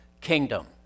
kingdom